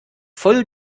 voll